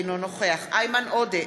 אינו נוכח איימן עודה,